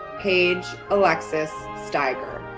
paige alexis stiger.